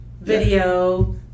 video